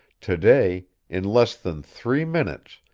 to-day, in less than three minutes,